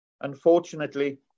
Unfortunately